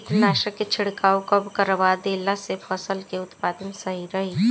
कीटनाशक के छिड़काव कब करवा देला से फसल के उत्पादन सही रही?